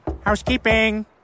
Housekeeping